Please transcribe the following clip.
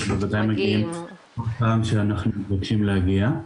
אנחנו בוודאי מגיעים לאן שאנחנו מתבקשים להגיע.